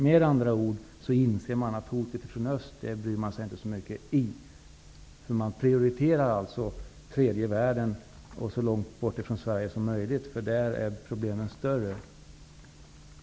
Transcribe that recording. Med andra ord: Regeringen bryr sig inte så mycket om hotet från öst, utan man prioriterar tredje världen, länder som ligger så långt från Sverige som möjligt, eftersom problemen där är större.